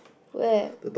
where